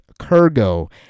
Kurgo